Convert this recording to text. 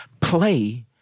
play